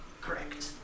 Correct